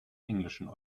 englischen